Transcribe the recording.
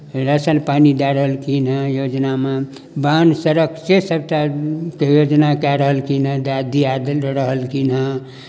ration पानि दए रहलखिनहँ योजनामे बान्ह सड़क से सभटा योजना कए रहलखिनहँ दए दिआए देल रहलखिनहँ